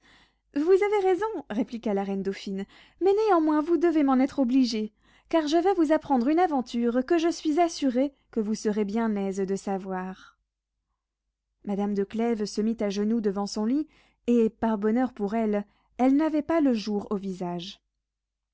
vous avez raison répliqua la reine dauphine mais néanmoins vous devez m'en être obligée car je veux vous apprendre une aventure que je suis assurée que vous serez bien aise de savoir madame de clèves se mit à genoux devant son lit et par bonheur pour elle elle n'avait pas le jour au visage